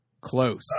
Close